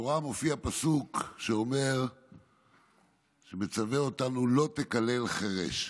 בתורה מופיע פסוק שמצווה אותנו: "לא תקלל חרש".